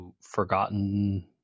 Forgotten